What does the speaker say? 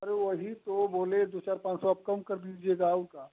अरे वही तो बोले दो चार पाँच सौ आप कम कर दीजियेगा और का